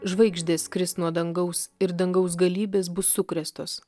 žvaigždės kris nuo dangaus ir dangaus galybės bus sukrėstos